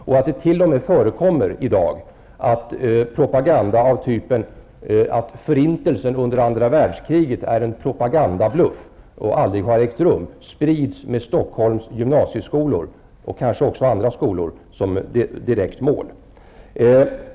Jag vet inte hur många som är medvetna om att det i dag t.o.m. förekommer att propaganda som går ut på att förintelsen under andra världskriget är en propagandabluff och något som aldrig har ägt rum, sprids med Stockholms gymnasieskolor -- och kanske också andra skolor -- som direkt mål.